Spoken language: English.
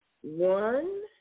One